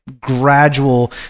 gradual